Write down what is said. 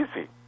easy